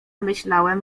myślałem